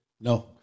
No